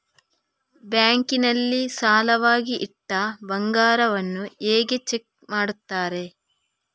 Bank ನಲ್ಲಿ ಸಾಲವಾಗಿ ಇಟ್ಟ ಬಂಗಾರವನ್ನು ಹೇಗೆ ಚೆಕ್ ಮಾಡುತ್ತಾರೆ?